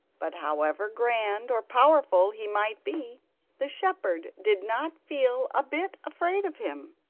but however grand or powerful he might be the shepherd did not feel a bit afraid of him.